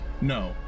No